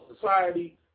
society